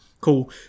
cool